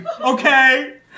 okay